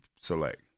select